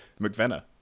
McVenna